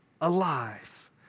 alive